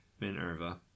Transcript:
Minerva